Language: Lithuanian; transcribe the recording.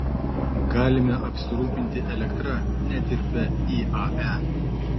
galime apsirūpinti elektra net ir be iae